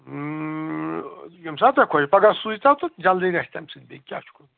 ییٚمۍ ساتہٕ تۄہہِ خۄش پَگاہ سوٗزۍتو تہٕ جَلدی گژھِ تَمہِ سۭتۍ بیٚیہِ کیٛاہ چھُ